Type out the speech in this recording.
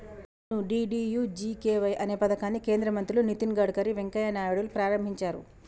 అవును డి.డి.యు.జి.కే.వై అనే పథకాన్ని కేంద్ర మంత్రులు నితిన్ గడ్కర్ వెంకయ్య నాయుడులు ప్రారంభించారు